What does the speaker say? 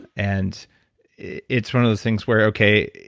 and it's one of those things where, okay,